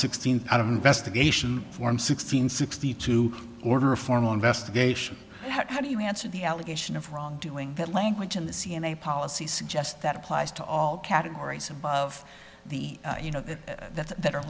sixteenth out of investigation form six hundred sixty two order a formal investigation how do you answer the allegation of wrongdoing that language in the c n a policy suggest that applies to all categories of the you know that are